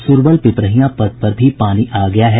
सुरवल पिपरहियां पथ पर भी पानी आ गया है